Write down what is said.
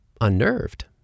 unnerved